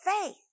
faith